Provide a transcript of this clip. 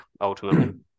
ultimately